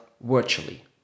virtually